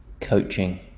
coaching